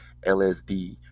lsd